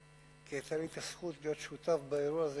כי היתה לי הזכות להיות שותף באירוע הזה